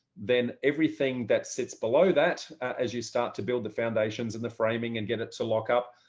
then everything that sits below that as you start to build the foundations and the framing and get it to lock up.